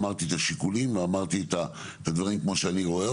אמרתי את השיקולים ואמרתי את הדברים כמו שאני רואה